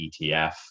ETF